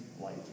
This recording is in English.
light